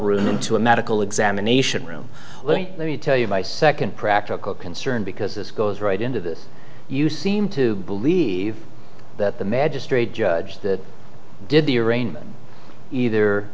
room into a medical examination room let me tell you my second practical concern because this goes right into this you seem to believe that the magistrate judge that did the arraignment either